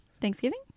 thanksgiving